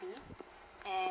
and